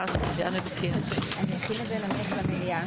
הישיבה ננעלה